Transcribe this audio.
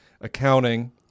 Accounting